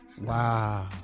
Wow